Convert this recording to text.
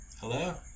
Hello